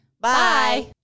Bye